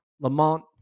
Lamont